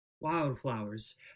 wildflowers